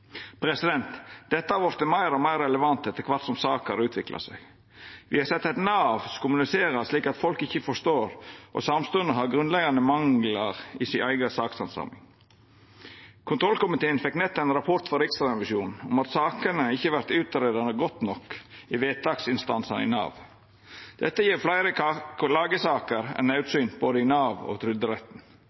Dette har vorte meir og meir relevant etter kvart som saka har utvikla seg. Me har sett eit Nav som kommuniserer slik at folk ikkje forstår, og som samstundes har grunnleggjande manglar i si eiga sakshandsaming. Kontrollkomiteen fekk nett ein rapport frå Riksrevisjonen om at sakene ikkje vert godt nok utgreidde i vedtaksinstansane i Nav. Dette gjev fleire klagesaker enn naudsynt både i Nav og